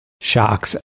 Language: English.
shocks